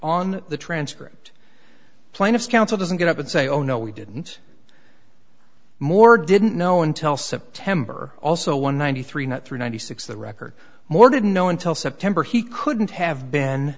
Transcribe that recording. on the transcript plaintiff's counsel doesn't get up and say oh no we didn't more didn't know until september also one ninety three not through ninety six the record more didn't know until september he couldn't have been